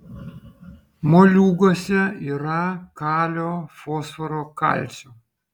moliūguose yra kalio fosforo kalcio